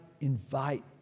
invite